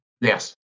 Yes